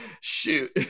Shoot